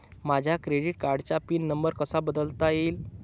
माझ्या क्रेडिट कार्डचा PIN number कसा बदलता येईल?